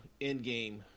Endgame